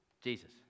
Jesus